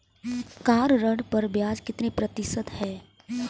Car ऋण पर ब्याज कितने प्रतिशत है?